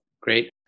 Great